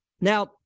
Now